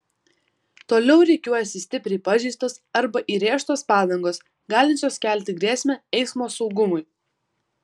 toliau rikiuojasi stipriai pažeistos arba įrėžtos padangos galinčios kelti grėsmę eismo saugumui